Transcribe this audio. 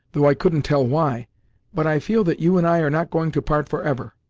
though i couldn't tell why but i feel that you and i are not going to part for ever.